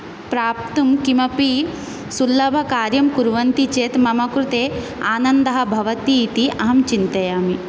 प्राप्तुं किमपि सुलभकार्यं कुर्वन्ति चेत् मम कृते आनन्दः भवति इति अहं चिन्तयामि